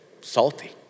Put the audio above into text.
salty